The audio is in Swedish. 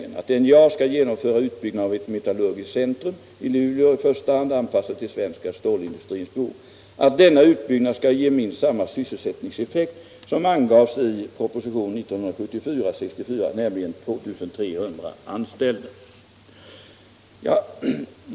NJA skall genomföra utbyggnaden av ett metallurgiskt centrum i Luleå, i första hand anpassat till svensk stålindustris behov, och denna utbyggnad skall ge minst samma sysselsättningseffekt som angavs i propositionen 1974:64, nämligen 2 300 anställda.